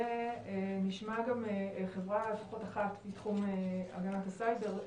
ונשמע גם חברה אחת מתחום הגנת הסייבר,